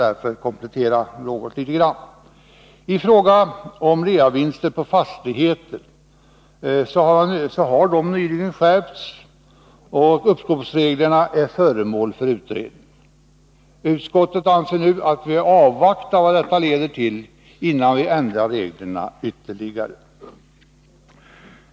Därför skall jag något kommentera dem. Reglerna för reavinster på fastigheter har nyligen skärpts, och uppskovsreglerna är föremål för utredning. Utskottet anser att vi bör avvakta för att se vad detta leder till innan man ändrar reglerna ytterligare.